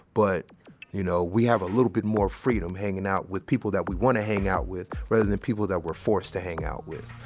but you know, we have a little bit more freedom hanging out with people that we want to hang out with rather than the people that we're forced to hang out with.